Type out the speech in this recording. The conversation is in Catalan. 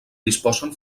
disposen